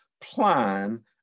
plan